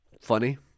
funny